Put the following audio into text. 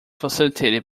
facilitated